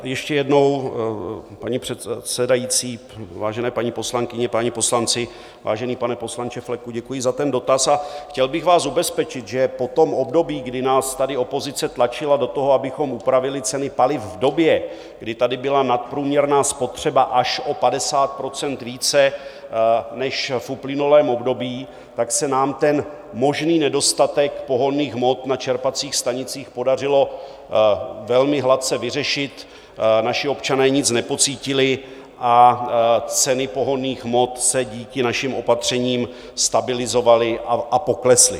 Ještě jednou, paní předsedající, vážené paní poslankyně, páni poslanci, vážený pane poslanče Fleku, děkuji za ten dotaz a chtěl bych vás ubezpečit, že po období, kdy nás tady opozice tlačila do toho, abychom upravili ceny paliv v době, kdy tady byla nadprůměrná spotřeba až o 50 % více než v uplynulém období, tak se nám možný nedostatek pohonných hmot na čerpacích stanicích podařilo velmi hladce vyřešit, naši občané nic nepocítili a ceny pohonných hmot se díky našim opatřením stabilizovaly a poklesly.